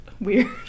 weird